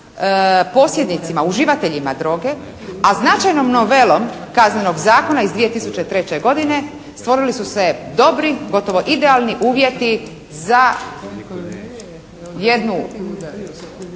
posjednicima, uživateljima droge, a značajnom novelom Kaznenog zakona iz 2003. godine stvorili su se dobro, gotovo idealni uvjeti za jednu